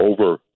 over